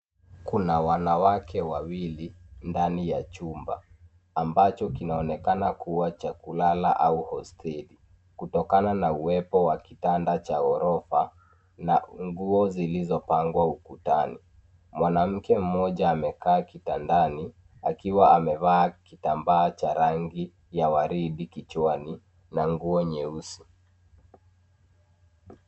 Kuna wanawake wawili ndani ya chumba ambacho kinaonekana kuwa cha kulala au hosteli, kutokana na kuwepo kwa kitanda cha chuma na nguo zilizopangwa ukutani. Mwanamke mmoja ameketi juu ya kitanda hicho, akiwa amevaa kitambaa cha rangi ya waridi kitchwani na nguo nyeusi.